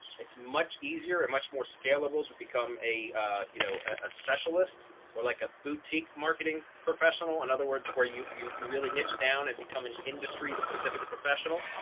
it's much easier and much more scalable to become a you know, a specialist or like a boutique marketing professional in other words, where you you really niche down and become an industry specific professional.